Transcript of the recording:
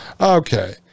Okay